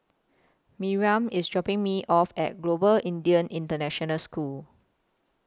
Miriam IS dropping Me off At Global Indian International School